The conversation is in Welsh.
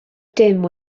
dim